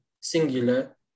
singular